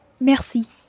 Merci